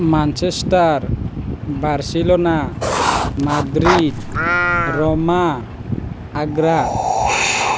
Manchester Barcelona Madrid Roma Agra